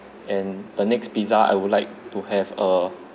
and the next pizza I would like to have a